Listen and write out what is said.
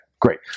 Great